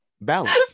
balance